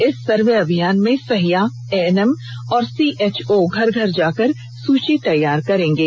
इस सर्वे अभियान में सहिया एनएम और सीएचओ घर घर जाकर सूची तैयार करेंगे